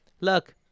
look